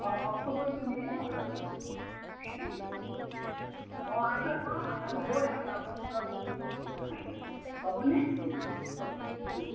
অঁ অঁ খবৰটো দিলেই হ'ল আৰু অঁ অঁ আশা অঁ আশা হ'বই আশা হ'ব পূৰাব আশা হ'বনে অঁ